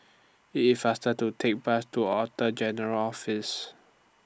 IT IS faster to Take Bus to General's Office